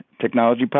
Technology